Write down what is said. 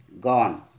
Gone